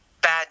bad